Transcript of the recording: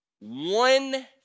one